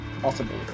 possible